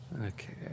Okay